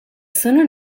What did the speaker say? sono